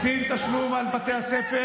דבר מאוד פשוט: רוצים תשלום על בתי הספר,